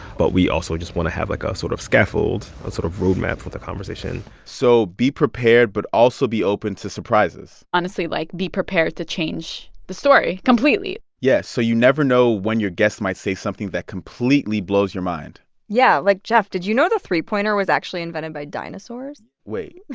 but we also just want to have, like, a ah sort of scaffold, a sort of roadmap for the conversation so be prepared but also be open to surprises honestly, like, be prepared to change the story completely yeah, so you never know when your guest might say something that completely blows your mind yeah. like, jeff, did you know the three-pointer was actually invented by dinosaurs? wait. what?